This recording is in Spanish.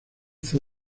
fue